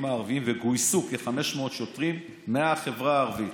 הערביים וגויסו כ-500 שוטרים מהחברה הערבית.